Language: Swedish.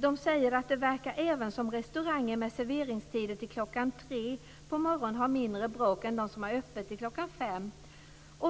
Man säger att det även verkar som om restauranger med serveringstider till kl. 3 på morgonen har mindre bråk än de som har öppet till kl. 5.